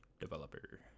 developer